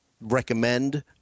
recommend